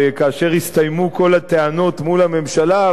וכאשר הסתיימו כל הטענות מול הממשלה,